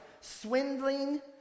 swindling